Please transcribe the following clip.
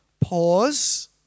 pause